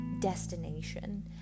destination